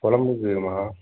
குலம்புக்கு வேணுமா